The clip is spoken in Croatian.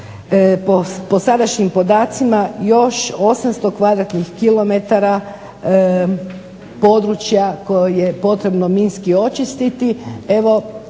po sadašnjim podacima još 800 kvadratnih kilometara područja koje je potrebno minski očistiti.